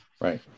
Right